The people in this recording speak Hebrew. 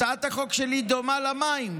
הצעת החוק שלי דומה למים.